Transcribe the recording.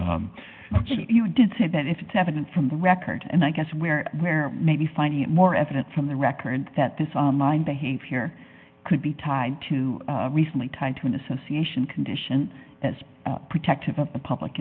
case you did say that if it's evident from the record and i guess we're where maybe finding more evidence from the record that this online behavior here could be tied to recently tied to an association condition protective of the public